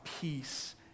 peace